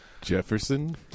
Jefferson